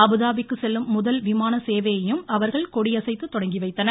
அபுதாபிக்கு செல்லும் முதல் விமான சேவையையும் அவர்கள் கொடியசைத்து தொடங்கி வைத்தனர்